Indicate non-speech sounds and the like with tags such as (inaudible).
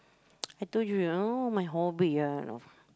(noise) I told you all my hobby ah you know